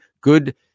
Good